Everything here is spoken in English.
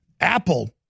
Apple